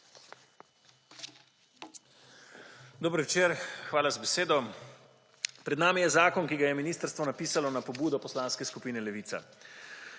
Dober večer! Hvala za besedo. Pred nami je zakon, ki ga je ministrstvo napisalo na pobudo Poslanske skupine Levica.